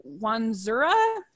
Wanzura